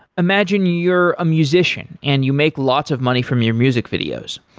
imagine you're a musician and you make lots of money from your music videos.